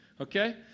okay